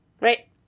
Right